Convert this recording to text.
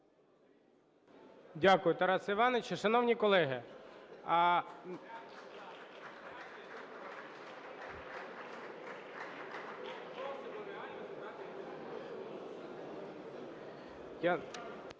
Дякую, Тарасе Івановичу. Шановні колеги…